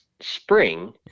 spring